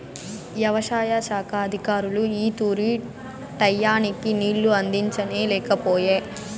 యవసాయ శాఖ అధికారులు ఈ తూరి టైయ్యానికి నీళ్ళు అందించనే లేకపాయె